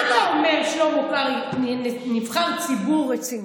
מה אתה אומר, שלמה קרעי, נבחר ציבור רציני?